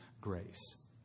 grace